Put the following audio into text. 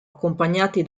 accompagnati